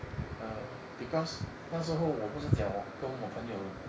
err because 那时候我不是讲我跟我朋友